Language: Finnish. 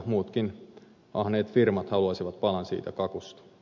muutkin ahneet firmat haluaisivat palan siitä kakusta